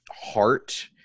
heart